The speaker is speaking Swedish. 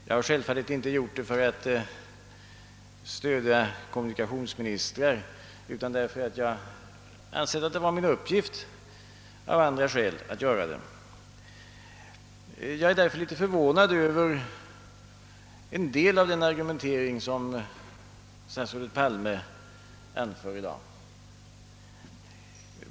Jag har självfallet inte gjort det för att stödja kommunikationsministrar utan för att jag ansett att det var min uppgift av andra skäl att göra det. Jag är därför litet förvånad över en del av den argumentering som statsrådet Palme anför i dag.